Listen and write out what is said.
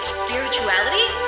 spirituality